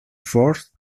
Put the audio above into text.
force